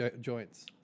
Joints